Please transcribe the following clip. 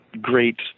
great